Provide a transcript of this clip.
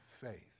faith